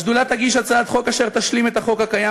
השדולה תגיש הצעת חוק אשר תשלים את החוק הקיים